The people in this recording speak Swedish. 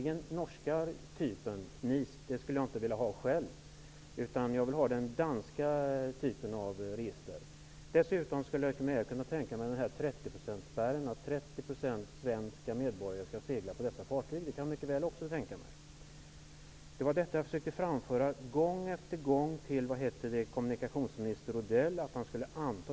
Den norska typen skulle jag inte vilja ha, utan jag vill ha den danska typen av register. Dessutom skulle jag mycket väl kunna tänka mig 30-procentsspärren -- alltså att det skall segla minst Detta försökte jag gång efter gång framföra till kommunikationsminister Odell.